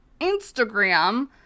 Instagram